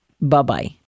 Bye-bye